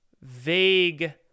vague